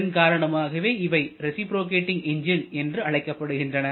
இதன் காரணமாகவே இவை ரேசிப்ரோகேட்டிங் எஞ்ஜின் என்று அழைக்கப்படுகின்றன